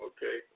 Okay